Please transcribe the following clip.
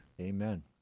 Amen